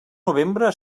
novembre